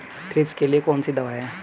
Thrips के लिए कौन सी दवा है?